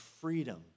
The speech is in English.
freedom